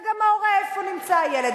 ידע גם ההורה איפה נמצא הילד.